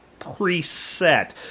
preset